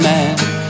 Man